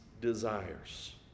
desires